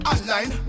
Online